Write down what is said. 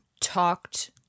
talked